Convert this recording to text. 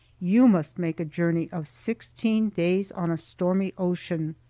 you must make a journey of sixteen days on a stormy ocean.